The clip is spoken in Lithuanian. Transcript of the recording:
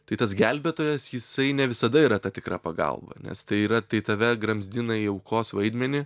tai tas gelbėtojas jisai ne visada yra ta tikra pagalba nes tai yra tai tave gramzdina į aukos vaidmenį